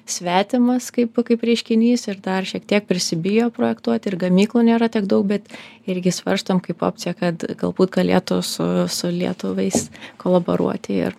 svetimas kaip kaip reiškinys ir dar šiek tiek prisibijo projektuot ir gamyklų nėra tiek daug bet irgi svarstom kaip opciją kad galbūt galėtų su su lietuviais kolaboruoti ir